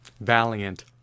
valiant